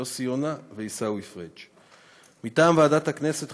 יוסי יונה ועיסאווי פריג'; מטעם ועדת הכנסת,